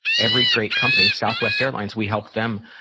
every great company, southwest airlines, we helped them,